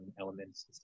elements